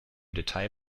detail